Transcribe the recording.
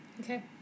Okay